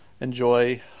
enjoy